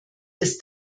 ist